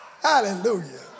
Hallelujah